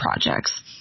projects